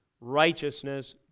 righteousness